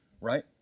right